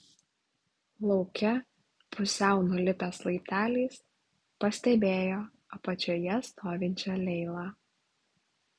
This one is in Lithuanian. lauke pusiau nulipęs laipteliais pastebėjo apačioje stovinčią leilą